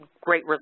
great